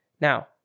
Now